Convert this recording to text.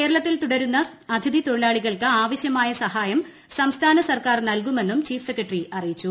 കേരളത്തിൽ തുടരുന്ന അതിഥി തൊഴിലാളികൾക്ക് ആവശ്യമായ സഹായം സംസ്ഥാന സർക്കാർ നൽകുമെന്നും ചീഫ് സെക്രട്ടറി അറിയിച്ചു